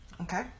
Okay